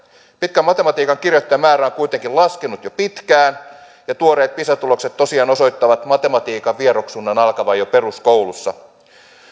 pitkän matematiikan kirjoittajamäärä on kuitenkin laskenut jo pitkään ja tuoreet pisa tulokset tosiaan osoittavat matematiikan vieroksunnan alkavan jo peruskoulussa